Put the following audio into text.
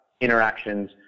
interactions